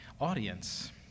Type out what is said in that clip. audience